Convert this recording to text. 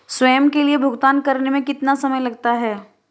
स्वयं के लिए भुगतान करने में कितना समय लगता है?